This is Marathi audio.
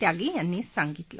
त्यागी यांनी सांगितलं